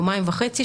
יומיים וחצי,